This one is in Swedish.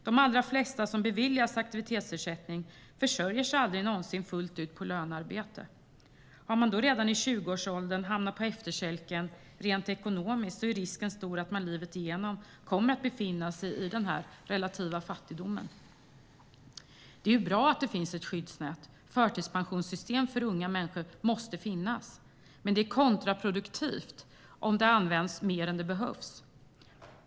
De allra flesta som beviljas aktivitetsersättning försörjer sig aldrig någonsin fullt ut på lönearbete. Har man då redan i 20-årsåldern hamnat på efterkälken rent ekonomiskt är risken stor att man livet igenom kommer att befinna sig i den här relativa fattigdomen. Det är bra att det finns ett skyddsnät; förtidspensionssystem för unga människor måste finnas. Men det är kontraproduktivt om det används mer än det behövs.